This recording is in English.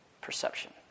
perception